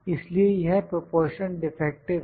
इसलिए यह proportion defective है